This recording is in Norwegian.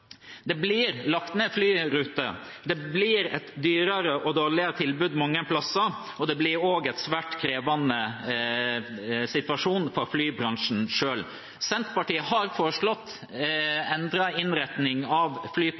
Det blir lagt ned flyruter. Det blir et dyrere og dårligere tilbud mange steder. Og det blir også en svært krevende situasjon for flybransjen selv. Senterpartiet har foreslått endret innretning av